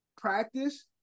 practice